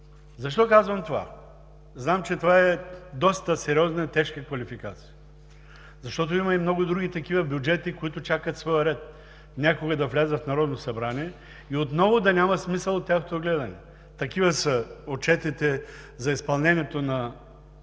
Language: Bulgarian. Защо казвам това? Знам, че това е доста сериозна и тежка квалификация, защото има и много други такива бюджети, които чакат своя ред някога да влязат в Народното събрание и отново да няма смисъл от тяхното гледане. Такива са отчетите за изпълнението на